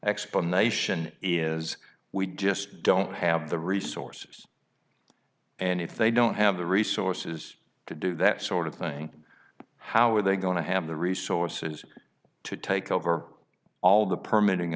explanation is we just don't have the resources and if they don't have the resources to do that sort of thing how are they going to have the resources to take over all the permitting